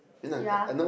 ya